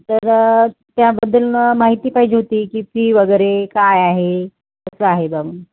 तर त्याबद्दल माहिती पाहिजे होती की फी वगैरे काय आहे कसं आहे बा म्हणून